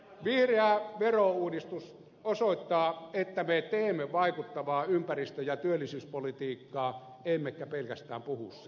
vihreä verouudistus osoittaa että me teemme vaikuttavaa ympäristö ja työllisyyspolitiikkaa emmekä pelkästään puhu siitä